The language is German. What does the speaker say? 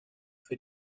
für